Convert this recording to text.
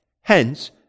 Hence